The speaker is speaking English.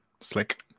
Slick